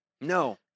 No